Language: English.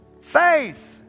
Faith